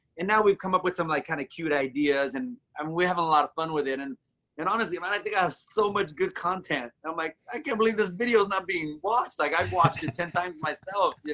and now we've come up with some, like, kind of cute ideas and um we have a lot of fun with it. and and honestly, and i think i have so much good content. i'm and like, i can't believe this video is not being watched. like, i watched it ten times myself,